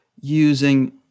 using